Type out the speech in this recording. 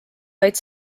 vaid